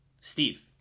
Steve